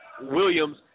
Williams